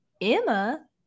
Emma